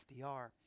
FDR